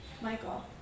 Michael